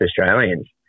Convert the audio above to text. Australians